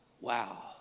Wow